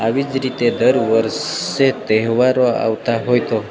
આવી જ રીતે દર વર્ષે તહેવારો આવતા હોય તો